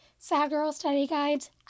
sadgirlstudyguides